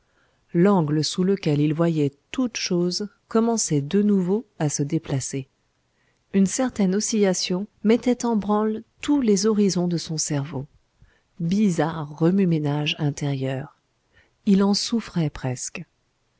l'angle sous lequel il voyait toute chose commençait de nouveau à se déplacer une certaine oscillation mettait en branle tous les horizons de son cerveau bizarre remue-ménage intérieur il en souffrait presque